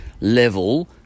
level